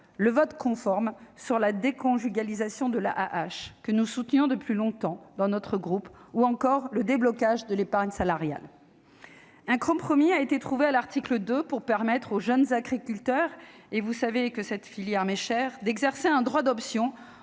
le vote conforme sur la déconjugalisation de l'AAH, que notre groupe soutenait depuis longtemps, ou encore le déblocage de l'épargne salariale. Un compromis a été trouvé à l'article 2, afin de permettre aux jeunes agriculteurs- vous savez combien cette filière m'est chère -d'exercer un droit d'option